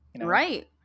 Right